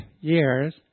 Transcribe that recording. years